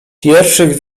pierwszych